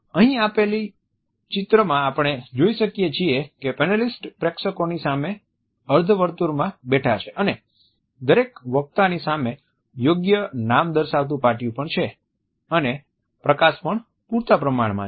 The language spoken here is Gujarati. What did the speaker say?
અહીં આપેલ ચિત્રમાં આપણે જોઈ શકીએ છીએ કે પેનલિસ્ટ પ્રેક્ષકોની સામે અર્ધવર્તુળમાં બેઠા છે અને દરેક વક્તાની સામે યોગ્ય નામ દર્શાવતુ પાટિયું પણ છે અને પ્રકાશ પણ પૂરતા પ્રમાણમાં છે